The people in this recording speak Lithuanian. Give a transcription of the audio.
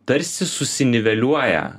tarsi susiniveliuoja